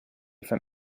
from